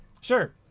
Sure